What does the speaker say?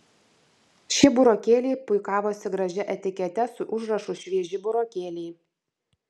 šie burokėliai puikavosi gražia etikete su užrašu švieži burokėliai